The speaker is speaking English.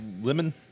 Lemon